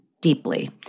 deeply